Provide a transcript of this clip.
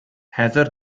heather